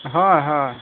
হয় হয়